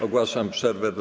Ogłaszam przerwę do